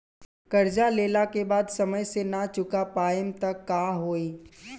कर्जा लेला के बाद समय से ना चुका पाएम त का होई?